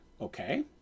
okay